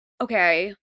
okay